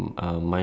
no